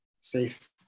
safe